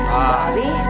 Bobby